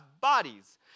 bodies